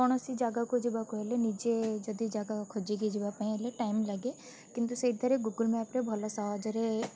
କୌଣସି ଜାଗାକୁ ଯିବାକୁ ହେଲେ ନିଜେ ଯଦି ଜାଗା ଖୋଜିକି ଯିବାପାଇଁ ହେଲା ଟାଇମ୍ ଲାଗେ କିନ୍ତୁ ସେଇଥରେ ଗୁଗୁଲ୍ ମ୍ୟାପ୍ ରେ ଭଲ ସହଜରେ